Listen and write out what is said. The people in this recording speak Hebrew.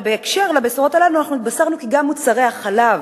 בהקשר של הבשורות הללו התבשרנו כי גם מוצרי החלב